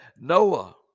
Noah